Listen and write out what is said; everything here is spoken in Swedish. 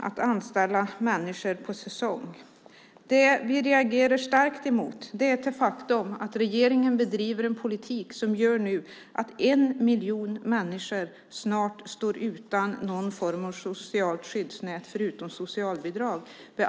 Det har varit så tidigare och är så även nu. Det vi reagerar starkt emot är det faktum att regeringen bedriver en politik som innebär att en miljon människor snart står utan någon form av socialt skyddsnät, förutom socialbidrag.